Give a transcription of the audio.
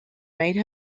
made